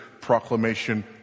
proclamation